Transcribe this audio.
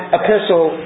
epistle